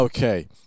Okay